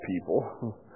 people